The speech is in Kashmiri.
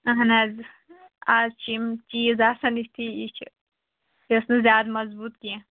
اہَن حظ آز چھِ یِم چیٖز آسَن یِتھی یہِ چھِ یہِ ٲس نہٕ زیادٕ مضبوٗط کیٚنٛہہ